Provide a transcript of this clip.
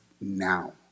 now